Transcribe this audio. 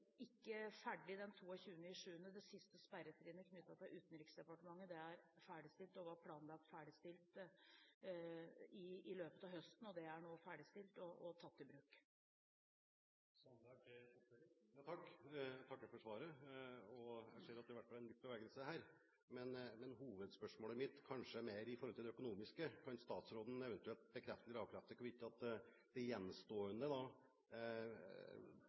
siste sperretrinnet knyttet til Utenriksdepartementet ferdig den 22. juli. Det var planlagt ferdigstilt i løpet av høsten, og det er nå ferdigstilt og tatt i bruk. Jeg takker for svaret. Jeg ser at det i hvert fall er litt bevegelse her. Men hovedspørsmålet mitt gjaldt kanskje mer det økonomiske: Kan statsråden eventuelt bekrefte eller avkrefte hvorvidt det gjenstående